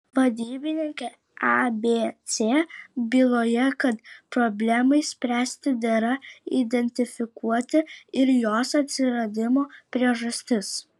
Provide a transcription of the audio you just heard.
vadybinė abc byloja kad problemai spręsti dera identifikuoti ir jos atsiradimo priežastis